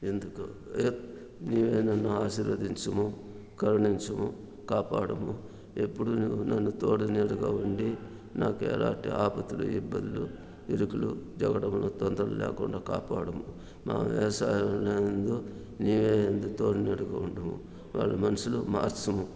ఎందుకు నీవే నన్ను ఆశీర్వదించుము కరుణించుము కాపాడుము ఎప్పుడు నీవు నన్ను తోడు నీడగా ఉండి నాకు ఎలాంటి ఆపదలు ఇబ్బంద్దులు ఇరుకులు జగడములు తొందరలు లేకుండా కాపాడుము మా వ్యవసాయం నందు నివే అంతా తోడై యుండి వారి మనసులు మార్చుము